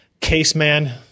caseman